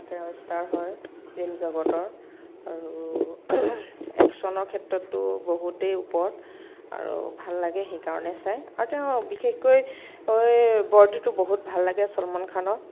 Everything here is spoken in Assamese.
তেওঁ ষ্টাৰ হয় ফিল্ম জগতৰ আৰু একচনৰ ক্ষেত্ৰততো বহুতেই ওপৰত আৰু ভাল লাগে সেইকাৰণে চাই আৰু তেওঁ বিশেষকৈ বডিটো বহুত ভাল লাগে চলমান খানৰ